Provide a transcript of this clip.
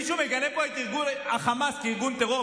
מישהו מגנה פה את ארגון חמאס כארגון טרור?